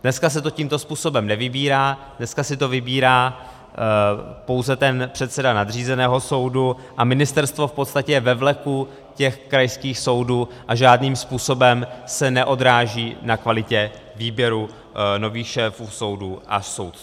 Dneska se to tímto způsobem nevybírá, dneska si to vybírá pouze ten předseda nadřízeného soudu a ministerstvo v podstatě je ve vleku těch krajských soudů a žádným způsobem se neodráží na kvalitě výběru nových šéfů soudů a soudců.